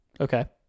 okay